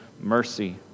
mercy